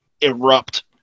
erupt